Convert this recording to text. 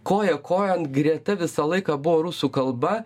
koja kojon greta visą laiką buvo rusų kalba